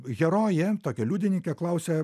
herojė tokia liudininkė klausia